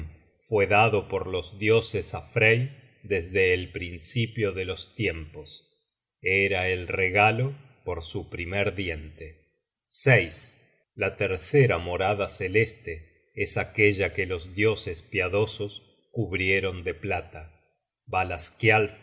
fue dado por los dioses á frey desde el principio de los tiempos era el regalo por su primer diente la tercera morada celeste es aquella que los dioses piadosos cubrieron de plata valaskialf así se